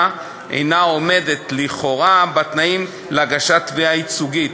אינה עומדת לכאורה בתנאים להגשת תביעה ייצוגית.